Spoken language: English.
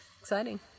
exciting